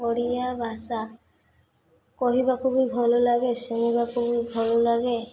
ଓଡ଼ିଆ ଭାଷା କହିବାକୁ ବି ଭଲ ଲାଗେ ଶୁଣିବାକୁ ବି ଭଲ ଲାଗେ